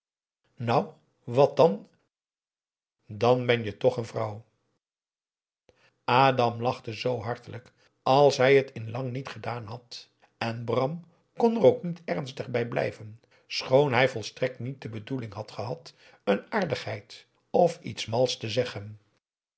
nou wat dan dan ben je toch een vrouw adam lachte zoo hartelijk als hij het in lang niet gedaan had en bram kon er ook niet ernstig bij blijven schoon hij volstrekt niet de bedoeling had gehad een aardigheid of iets mals te zeggen